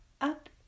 up